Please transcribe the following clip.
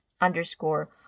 underscore